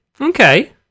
Okay